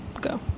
Go